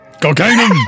Cocaine